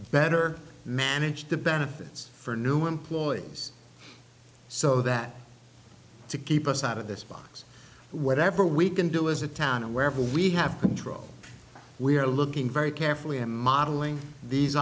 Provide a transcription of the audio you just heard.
better manage the benefits for new employees so that to keep us out of this box whatever we can do as a town or wherever we have control we are looking very carefully at modeling these